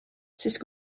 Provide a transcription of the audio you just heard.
sest